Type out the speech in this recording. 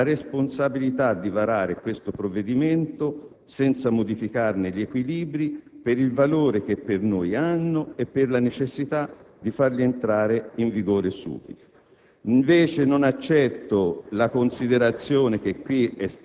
io assumo, con chiarezza, a nome del Governo, la responsabilità di varare questo provvedimento senza modificarne gli equilibri, per il valore che per noi hanno e per la necessità di farli entrare in vigore subito.